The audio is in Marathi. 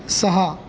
सहा